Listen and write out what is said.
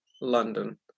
London